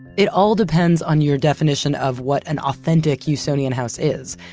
it all depends on your definition of what an authentic usonian house is.